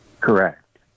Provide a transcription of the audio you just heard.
Correct